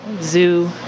zoo